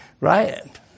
Right